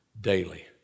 daily